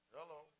Hello